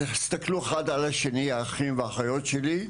אז הסתכלו אחד על השני, האחים והאחיות שלי,